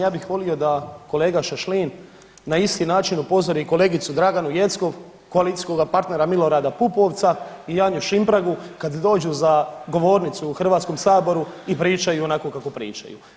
Ja bih volio da kolega Šašlin na isti način upozori i kolegicu Draganu Jeckov koalicijskog partnera Milorada Pupovca i Anju Šimpragu kad dođu za govornicu u HS i pričaju onako kako pričaju.